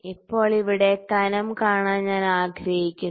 ഇപ്പോൾ ഇവിടെ കനം കാണാൻ ഞാൻ ആഗ്രഹിക്കുന്നു